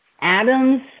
Adams